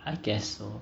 I guess so